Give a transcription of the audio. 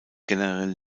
generell